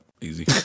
Easy